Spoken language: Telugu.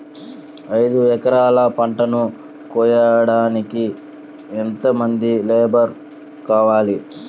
ఐదు ఎకరాల పంటను కోయడానికి యెంత మంది లేబరు కావాలి?